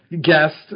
guest